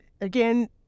again